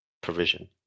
provision